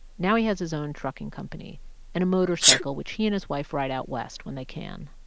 now, he has his own trucking company and a motorcycle which he and his wife ride out west when they can.